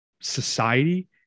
society